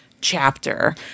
chapter